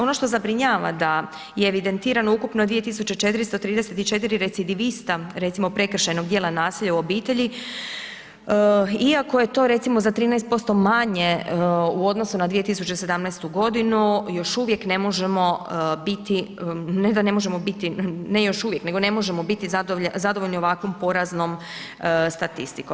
Ono što zabrinjava da je evidentirano ukupno 2434 recidivista recimo prekršajnog djela nasilja u obitelji, iako je to za 13% manje u odnosu na 2017.g. još uvijek ne možemo biti, ne da ne možemo biti, ne još uvijek, nego ne možemo biti zadovoljni ovakvom poraznom statistikom.